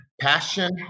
Passion